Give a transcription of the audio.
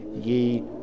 ye